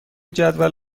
جدول